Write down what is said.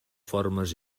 formes